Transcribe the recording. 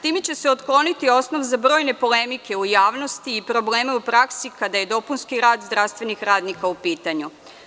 Time će se otkloniti osnov za brojne polemike u javnosti i probleme u praksi kada je dopunski rad zdravstvenih radnika u pitanju.